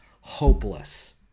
hopeless